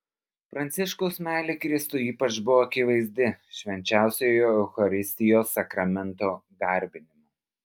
pranciškaus meilė kristui ypač buvo akivaizdi švenčiausiojo eucharistijos sakramento garbinimu